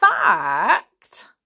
fact